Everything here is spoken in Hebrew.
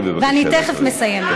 ואני תכף מסיימת.